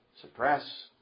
suppress